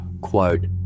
quote